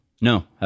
No